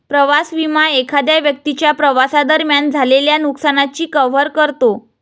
प्रवास विमा एखाद्या व्यक्तीच्या प्रवासादरम्यान झालेल्या नुकसानाची कव्हर करतो